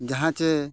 ᱡᱟᱦᱟᱸ ᱪᱮ